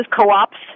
co-ops